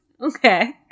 okay